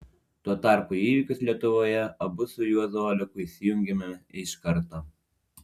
tuo tarpu į įvykius lietuvoje abu su juozu oleku įsijungėme iš karto